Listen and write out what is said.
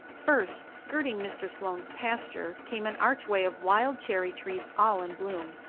first, skirting mr. sloane's pasture, came an archway of wild cherry trees all in bloom.